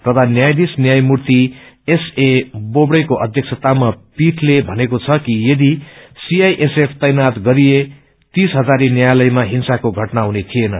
प्रधान न्यायाधीश न्यायमूर्ति एसए बोबड़ेको अध्यक्षतामा पीठले भनेको छ कि यदि सीआईएसएफ तैनाथ गरिए तीस इजारी न्यायालयमा हिंसाको घटना हुने थिएन